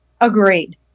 Agreed